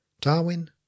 Darwin